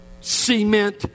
cement